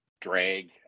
drag